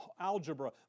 algebra